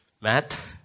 math